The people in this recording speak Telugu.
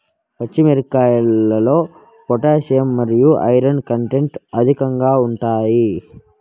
పచ్చి మిరపకాయల్లో పొటాషియం మరియు ఐరన్ కంటెంట్ అధికంగా ఉంటాయి